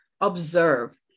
observe